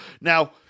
now